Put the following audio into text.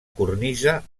cornisa